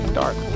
dark